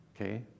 okay